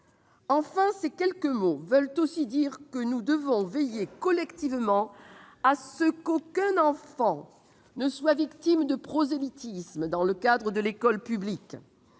Enfin, ces quelques mots veulent dire que nous devons, collectivement, veiller à ce qu'aucun enfant ne soit victime de prosélytisme dans le cadre de l'école publique,